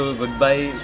goodbye